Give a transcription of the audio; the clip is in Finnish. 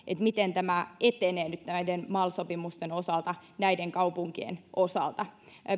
miten tämä etenee nyt näiden mal sopimusten osalta näiden kaupunkien osalta